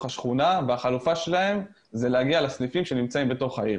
השכונה והחלופה שלהם היא להגיע לסניפים שנמצאים בתוך העיר.